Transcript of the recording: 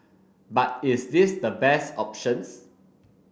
but is this the best options